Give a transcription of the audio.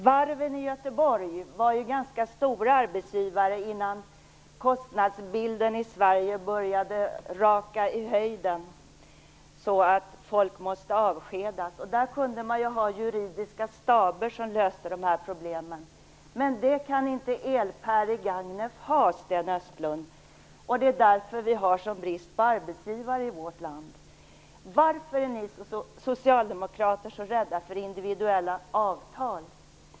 Varven i Göteborg var ganska stora arbetsgivare innan kostnadsbilden i Sverige började raka i höjden så att människor måste avskedas. Där kunde man ha juridiska staber som löste problemen. Men det kan inte EL-PER AB i Gagnef ha, Sten Östlund. Det är därför vi har en sådan brist på arbetsgivare i vårt land. Varför är ni socialdemokrater så rädda för individuella avtal?